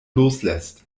loslässt